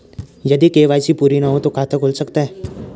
यदि के.वाई.सी पूरी ना हो तो खाता खुल सकता है?